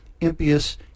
impious